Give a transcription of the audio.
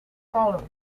followed